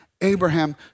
Abraham